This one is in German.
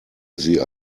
sie